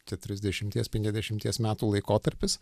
keturiasdešimties penkiasdešimties metų laikotarpis